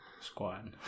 Squad